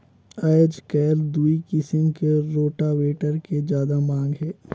आयज कायल दूई किसम के रोटावेटर के जादा मांग हे